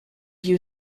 you